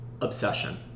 Obsession